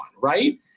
Right